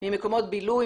ממקומות בילוי,